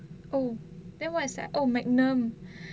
oh that was oh magnum